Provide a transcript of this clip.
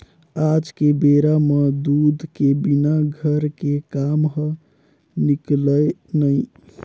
आज के बेरा म दूद के बिना घर के काम ह निकलय नइ